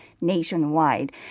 nationwide